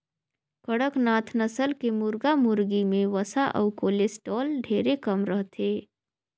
कड़कनाथ नसल के मुरगा मुरगी में वसा अउ कोलेस्टाल ढेरे कम रहथे